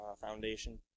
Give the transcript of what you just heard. foundation